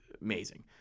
amazing